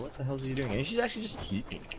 sessions tv